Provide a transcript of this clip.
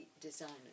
designers